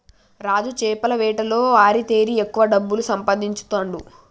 రాజు చేపల వేటలో ఆరితేరి ఎక్కువ డబ్బులు సంపాదించుతాండు